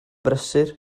brysur